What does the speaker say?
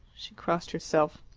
she crossed herself.